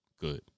Good